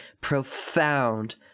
profound